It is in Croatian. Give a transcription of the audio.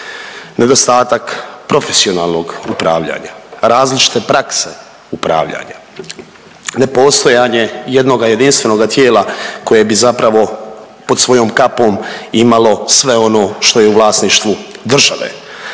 nedostatak profesionalnog upravljanja, različite prakse upravljanja, nepostojanje jednoga jedinstvenoga tijela koje bi zapravo pod svojom kapom imalo sve ono što je u vlasništvu države.